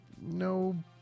no